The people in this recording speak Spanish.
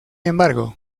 embargo